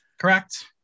Correct